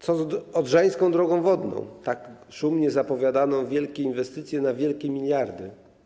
Co z Odrzańską Drogą Wodną, tak szumnie zapowiadaną wielką inwestycją za wielkie miliardy?